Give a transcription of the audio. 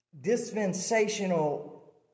dispensational